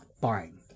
buying